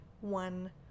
one